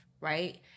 right